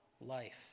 life